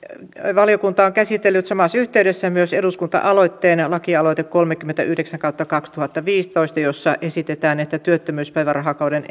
valiokunta on käsitellyt samassa yhteydessä myös eduskunta aloitteen lakialoite kolmekymmentäyhdeksän kautta kaksituhattaviisitoista jossa esitetään että työttömyyspäivärahakauden